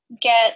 get